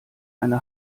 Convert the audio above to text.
eine